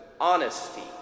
honesty